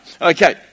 Okay